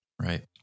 right